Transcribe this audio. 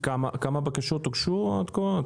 כמה בקשות הוגשו עד כה?